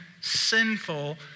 sinful